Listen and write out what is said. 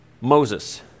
Moses